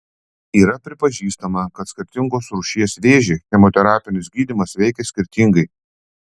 yra pripažįstama kad skirtingos rūšies vėžį chemoterapinis gydymas veikia skirtingai